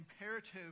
imperative